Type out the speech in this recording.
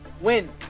win